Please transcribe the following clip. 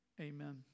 amen